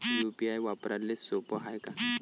UPI वापराले सोप हाय का?